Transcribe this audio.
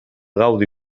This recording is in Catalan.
gaudi